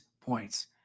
points